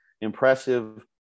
impressive